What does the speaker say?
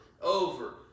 over